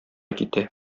китә